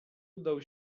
udał